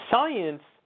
Science